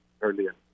earlier